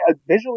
visually